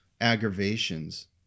aggravations